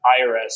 IRS